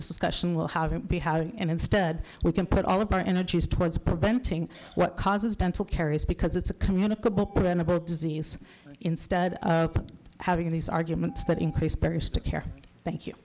discussion we'll have to be had and instead we can put all of our energies towards preventing what causes dental caries because it's a communicable disease instead of having these arguments that increase barriers to care thank you